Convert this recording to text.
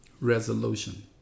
resolution